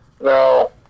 No